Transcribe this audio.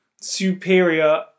superior